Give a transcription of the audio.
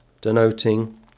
denoting